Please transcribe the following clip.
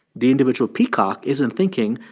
the individual peacock, isn't thinking,